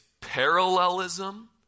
parallelism